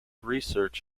research